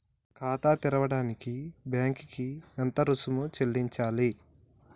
ఖాతా తెరవడానికి బ్యాంక్ కి ఎంత రుసుము చెల్లించాలి?